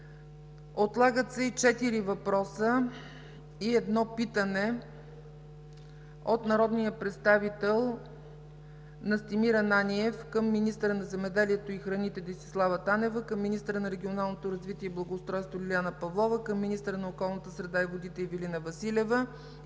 Танев; - четири въпроса и едно питане от народния представител Настимир Ананиев – към министъра на земеделието и храните Десислава Танева; към министъра на регионалното развитие и благоустройството Лиляна Павлова; към министъра на околната среда и водите Ивелина Василева; и